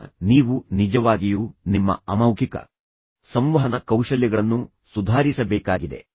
ಈಗ ನೀವು ನಿಜವಾಗಿಯೂ ನಿಮ್ಮ ಅಮೌಖಿಕ ಸಂವಹನ ಕೌಶಲ್ಯಗಳನ್ನು ಸುಧಾರಿಸಬೇಕಾಗಿದೆ